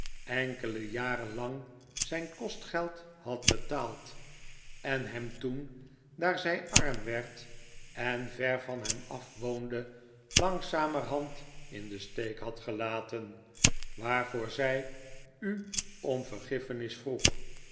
enkele jaren lang zijn kostgeld had betaald en hem toen daar zij arm werd en ver van hem af woonde langzamerhand in den steek had gelaten waarvoor zij u om vergiffenis vroeg